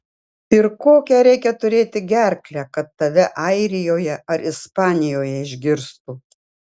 ir kokią reikia turėti gerklę kad tave airijoje ar ispanijoje išgirstų